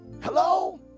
Hello